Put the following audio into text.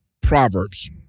Proverbs